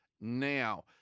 now